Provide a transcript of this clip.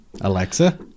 Alexa